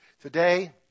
today